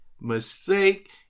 mistake